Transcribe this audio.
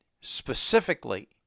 specifically